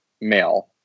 male